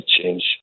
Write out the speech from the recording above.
change